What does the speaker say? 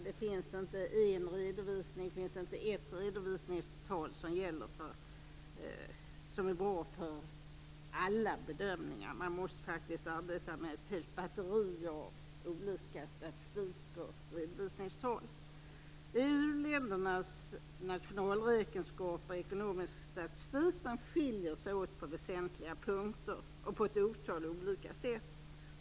Det finns inte ett redovisningstal som är bra för alla bedömningar. Man måste faktiskt arbeta med ett helt batteri av olika statistik och redovisningstal. EU-ländernas nationalräkenskaper och ekonomiska statistik skiljer sig åt på väsentliga punkter och på ett otal olika sätt.